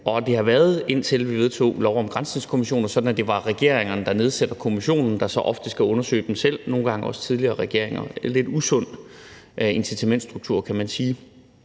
Og det har, indtil vi vedtog lov om granskningskommissioner, været sådan, at det var regeringen, der nedsatte kommissionen, der så ofte skulle undersøge dem selv, og nogle gange også tidligere regeringer. Det er en lidt usund incitamentsstruktur, kan man sige.